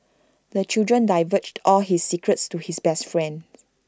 the children divulged all his secrets to his best friend